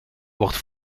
wordt